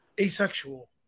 asexual